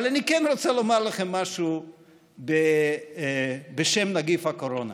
אבל אני כן רוצה לומר לכם משהו בשם נגיף הקורונה,